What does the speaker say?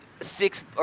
six